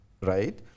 right